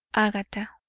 agatha.